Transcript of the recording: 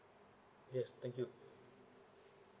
yes thank you